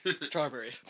Strawberry